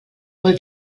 vol